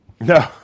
No